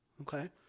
okay